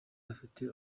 afite